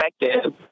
effective